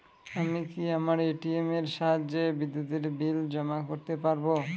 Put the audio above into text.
আমি কি আমার এ.টি.এম এর সাহায্যে বিদ্যুতের বিল জমা করতে পারব?